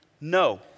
no